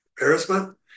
embarrassment